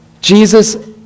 Jesus